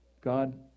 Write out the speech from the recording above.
God